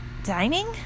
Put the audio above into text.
dining